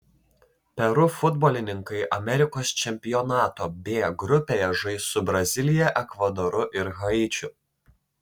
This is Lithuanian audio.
peru futbolininkai amerikos čempionato b grupėje žais su brazilija ekvadoru ir haičiu